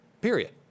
Period